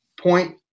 point